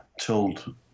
told